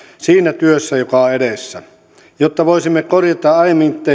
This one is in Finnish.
siinä työssä joka on edessä jotta voisimme korjata aiemmin tehtyjä virheitä